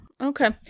Okay